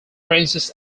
princess